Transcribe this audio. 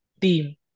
team